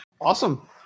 Awesome